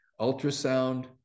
Ultrasound